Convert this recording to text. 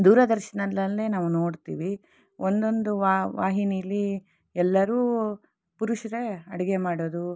ದೂರದರ್ಶನದಲ್ಲೇ ನಾವು ನೋಡ್ತೀವಿ ಒಂದೊಂದು ವಾಹಿನಿಲಿ ಎಲ್ಲರೂ ಪುರುಷರೇ ಅಡಿಗೆ ಮಾಡೋದು